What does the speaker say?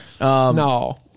No